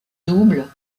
double